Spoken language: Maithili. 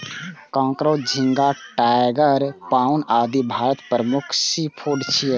कांकोर, झींगा, टाइगर प्राउन, आदि भारतक प्रमुख सीफूड छियै